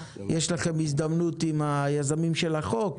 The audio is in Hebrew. יש לכם הזדמנות עם יוזמי החוק,